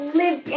live